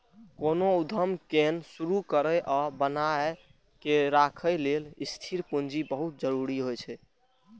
कोनो उद्यम कें शुरू करै आ बनाए के राखै लेल स्थिर पूंजी बहुत जरूरी होइ छै